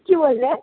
কী বললেন